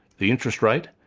the interest rate,